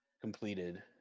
completed